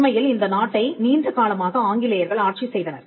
உண்மையில் இந்த நாட்டை நீண்டகாலமாக ஆங்கிலேயர்கள் ஆட்சி செய்தனர்